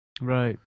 right